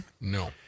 No